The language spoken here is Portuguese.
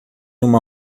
uma